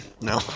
No